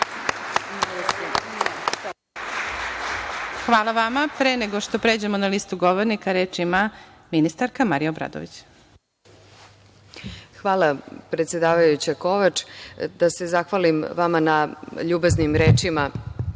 Hvala vama. Pre nego što pređemo na listu govornika, reč ima ministarka Marija Obradović. **Marija Obradović** Hvala predsedavajuća Kovač, da se zahvalim vama na ljubaznim rečima